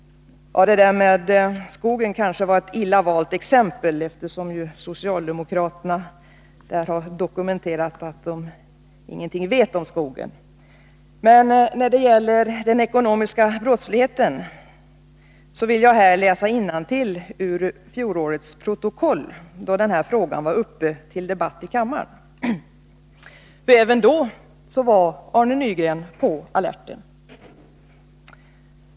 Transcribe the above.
Ja, det där med skogen kanske var ett illa valt exempel, eftersom socialdemokraterna har dokumenterat att de ingenting vet om skogen. Men när det gäller den ekonomiska brottsligheten vill jag här läsa innantill ur protokollet från den debatt som hölls förra året i den här frågan. Även då var Arne Nygren på alerten.